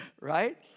Right